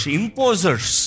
imposers